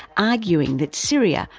arguing that syria,